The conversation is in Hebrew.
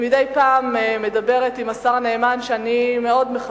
מדי פעם, אני מדברת עם השר נאמן, ואני מאוד מכבדת,